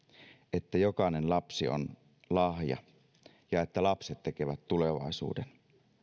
että jokainen lapsi on lahja ja että lapset tekevät tulevaisuuden